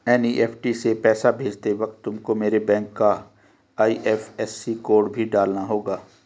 NEFT से पैसा भेजते वक्त तुमको मेरे बैंक का आई.एफ.एस.सी कोड भी डालना होगा